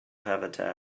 habitat